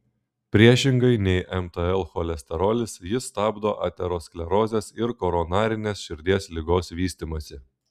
priešingai nei mtl cholesterolis jis stabdo aterosklerozės ir koronarinės širdies ligos vystymąsi